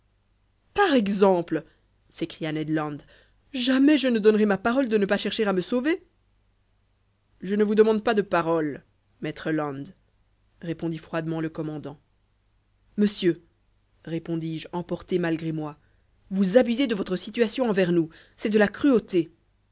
par exemple s'écria ned land jamais je ne donnerai ma parole de ne pas chercher à me sauver je ne vous demande pas de parole maître land répondit froidement le commandant monsieur répondis-je emporté malgré moi vous abusez de votre situation envers nous c'est de la cruauté